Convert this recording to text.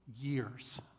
years